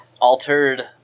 altered